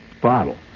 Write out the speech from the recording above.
bottle